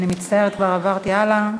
אני מצטערת, כבר עברתי הלאה.